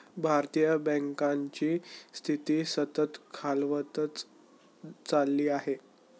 भारतीय बँकांची स्थिती सतत खालावत चालली आहे